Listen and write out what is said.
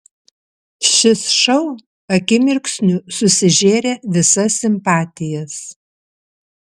šis šou akimirksniu susižėrė visas simpatijas